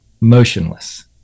motionless